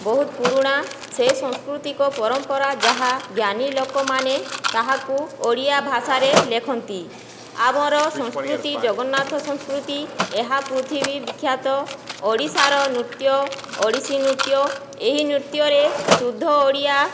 ବହୁତ ପୁରୁଣା ସେ ସାଂସ୍କୃତିକ ପରମ୍ପରା ଯାହା ଜ୍ଞାନୀ ଲୋକମାନେ ତାହାକୁ ଓଡ଼ିଆ ଭାଷାରେ ଲେଖନ୍ତି ଆମର ସଂସ୍କୃତି ଜଗନ୍ନାଥ ସଂସ୍କୃତି ଏହା ପୃଥିବୀ ବିଖ୍ୟାତ ଓଡ଼ିଶାର ନୃତ୍ୟ ଓଡ଼ିଶୀ ନୃତ୍ୟ ଏହି ନୃତ୍ୟରେ ଶୁଦ୍ଧ ଓଡ଼ିଆ